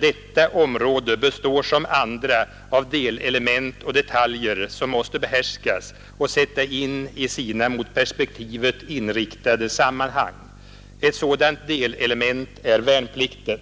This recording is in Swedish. detta område består som andra av delelement och detaljer som måste behärskas och sättas in i sina mot perspektivet inriktade sammanhang. Ett sådant delelement är värnplikten.